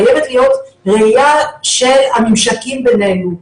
חייבת להיות ראייה של הממשקים בינינו,